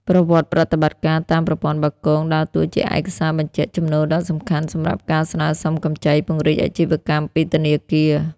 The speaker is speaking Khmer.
ប្រវត្តិប្រតិបត្តិការតាម ប្រព័ន្ធបាគង ដើរតួជាឯកសារបញ្ជាក់ចំណូលដ៏សំខាន់សម្រាប់ការស្នើសុំកម្ចីពង្រីកអាជីវកម្មពីធនាគារ។